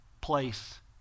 place